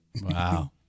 Wow